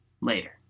later